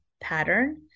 pattern